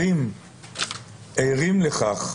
ערים לכך?